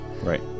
Right